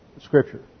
Scripture